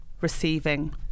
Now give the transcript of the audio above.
receiving